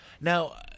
Now